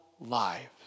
lives